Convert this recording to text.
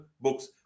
books